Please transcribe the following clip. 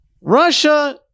Russia